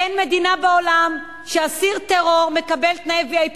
אין מדינה בעולם שאסיר טרור מקבל בה תנאי VIP